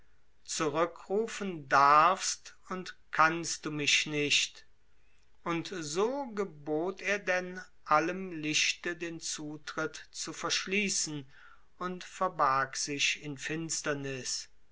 zurückrufen darfst und kannst du mich nicht und so gebot er denn allem lichte den zutritt zu verschließen und verbarg sich in finsterniß